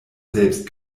selbst